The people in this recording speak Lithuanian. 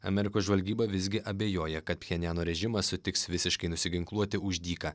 amerikos žvalgyba visgi abejoja kad pjenjano režimas sutiks visiškai nusiginkluoti už dyką